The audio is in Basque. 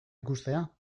ikustea